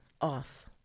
Off